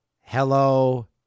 Hello